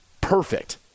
perfect